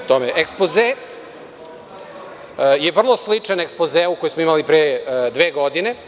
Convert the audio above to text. Ekspoze je vrlo sličan ekspozeu koji smo imali pre dve godine.